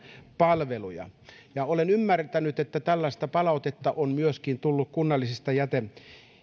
palveluja olen ymmärtänyt että tällaista palautetta on myöskin tullut kunnallisista